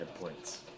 points